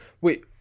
Wait